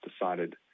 decided